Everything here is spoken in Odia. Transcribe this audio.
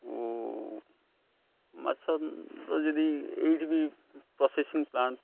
ଓ ମାଛର ଯଦି ଏଇଠି ବି ପ୍ରସେସିଂ ପ୍ଲାଣ୍ଟ